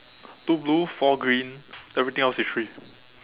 two blue four green everything else is three